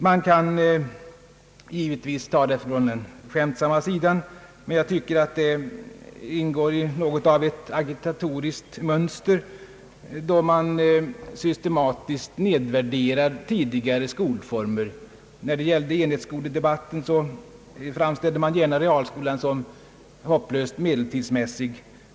Man kan givetvis ta det från den skämtsamma sidan, men jag tycker att det ingår i ett något agitatoriskt mönster att systematiskt nedvärdera tidigare skolformer. I enhetsskoledebatten framställde man realskolan som hopplöst medeltidsmässig.